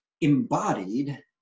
embodied